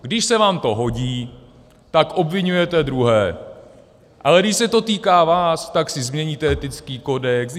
Když se vám to hodí, tak obviňujete druhé, ale když se to týká vás, tak si změníte etický kodex.